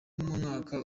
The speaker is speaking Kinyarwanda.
mwaka